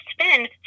spend